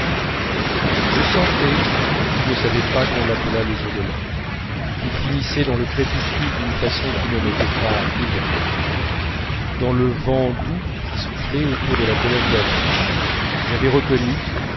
je sentais qu'il ne savait pas qu'on l'appelât le jour de l'an qu'il finissait dans le crépuscule d'une façon qui ne m'était pas nouvelle dans le vent doux qui soufflait autour de la colonne d'affiches j'avais reconnu